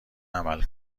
عمل